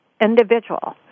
individual